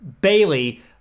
Bailey